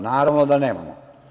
Naravno da nemamo.